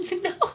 No